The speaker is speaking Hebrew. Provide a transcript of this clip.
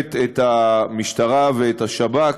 מחייבת את המשטרה ואת השב"כ